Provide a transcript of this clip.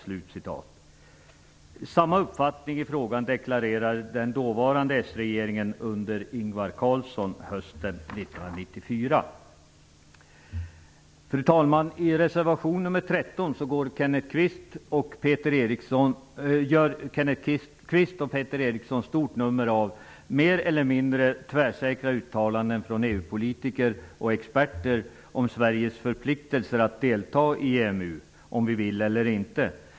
Samma uppfattning i frågan deklarerade den dåvarande s-regeringen under Ingvar Carlsson hösten Fru talman! I reservation nr 13 gör Kenneth Kvist och Peter Eriksson ett stort nummer av mer eller mindre tvärsäkra uttalanden från EU-politiker och experter om förpliktelser för Sverige att delta i EMU - om vi vill det eller inte.